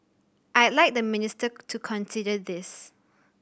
I'd like the minister to consider this